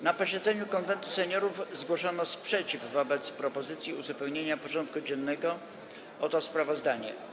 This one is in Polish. Na posiedzeniu Konwentu Seniorów zgłoszono sprzeciw wobec propozycji uzupełnienia porządku dziennego o to sprawozdanie.